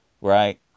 Right